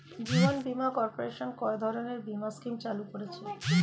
জীবন বীমা কর্পোরেশন কয় ধরনের বীমা স্কিম চালু করেছে?